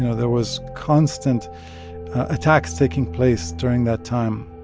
you know there was constant attacks taking place during that time.